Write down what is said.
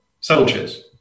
soldiers